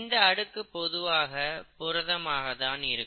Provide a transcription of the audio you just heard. இந்த அடுக்கு பொதுவாக புரதமாக தான் இருக்கும்